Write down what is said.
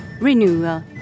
renewal